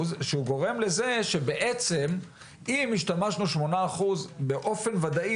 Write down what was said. שגורם לזה שבעצם אם השתמשנו 8% באופן ודאי,